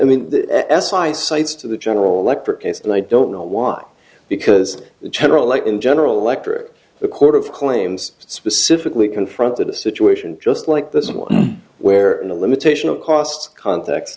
i mean s i cites to the general electric case and i don't know why because the general like in general electric the court of claims specifically confronted a situation just like this one where the limitation of cost context